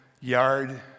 yard